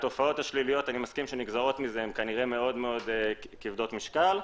התופעות השליליות שנגזרות מזה הן מאוד כבדות משקל.